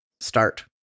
start